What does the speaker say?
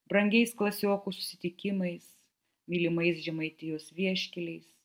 brangiais klasiokų susitikimais mylimais žemaitijos vieškeliais